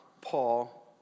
Paul